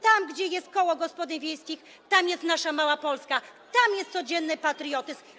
Tam, gdzie jest koło gospodyń wiejskich, tam jest nasza mała Polska, tam jest codzienny patriotyzm.